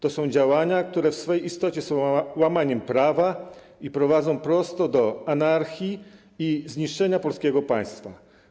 To są działania, które w swej istocie są łamaniem prawa i prowadzą prosto do anarchii i zniszczenia polskiego państwa.